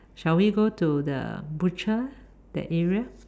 shall we go to the butcher that area